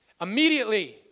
Immediately